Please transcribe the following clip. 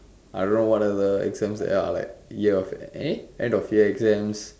I don't know what are the exams they are like year of eh end year exams